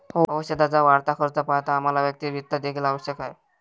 औषधाचा वाढता खर्च पाहता आम्हाला वैयक्तिक वित्त देखील आवश्यक आहे